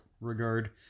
regard